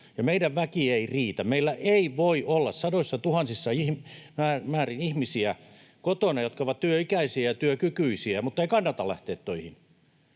meidän väki ei riitä. Meillä ei voi olla sadoissatuhansissa määrin kotona ihmisiä, jotka ovat työikäisiä ja työkykyisiä, mutta joiden ei kannata lähteä töihin.